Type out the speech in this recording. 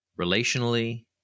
relationally